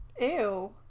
Ew